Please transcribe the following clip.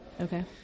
Okay